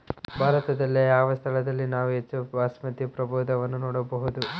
ಭಾರತದಲ್ಲಿ ಯಾವ ಸ್ಥಳದಲ್ಲಿ ನಾವು ಹೆಚ್ಚು ಬಾಸ್ಮತಿ ಪ್ರಭೇದವನ್ನು ನೋಡಬಹುದು?